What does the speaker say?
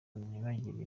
ntibagire